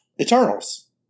Eternals